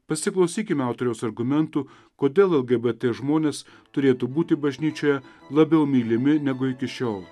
pasiklausykime autoriaus argumentų kodėl lgbt žmonės turėtų būti bažnyčioje labiau mylimi negu iki šiol